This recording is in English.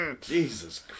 Jesus